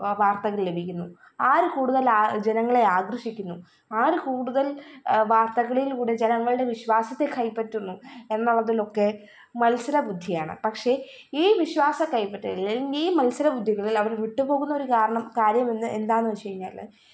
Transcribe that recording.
വാ വാര്ത്തകള് ലഭിക്കുന്നു ആര് കൂടുതൽ അ ജനങ്ങളെ ആകര്ഷിക്കുന്നു ആര് കൂടുതല് വാര്ത്തകളിലൂടെ ജനങ്ങളുടെ വിശ്വാസത്തെ കൈപ്പറ്റുന്നു എന്നുള്ളതിലൊക്കെ മത്സരബുദ്ധിയാണ് പക്ഷെ ഈ വിശ്വാസ കൈപ്പറ്റലില് ഈ മത്സരബുദ്ധികളില് അവര് വിട്ടുപോകുന്നൊരു കാരണം കാര്യമെന്ന് എന്താന്ന് വെച്ച് കഴിഞ്ഞാല്